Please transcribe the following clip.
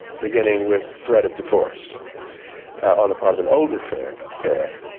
beginning with threat of divorce on the part of an older pair pair